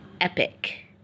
Epic